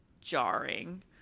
jarring